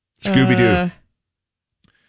Scooby-Doo